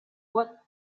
what